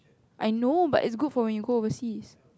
I know but it's good for when you go overseas